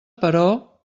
però